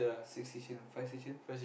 six station five station